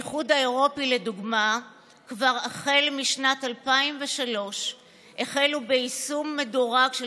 באיחוד האירופי כבר משנת 2003 החלו ביישום מדורג של